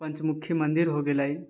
पञ्चमुखी मन्दिर हो गेलै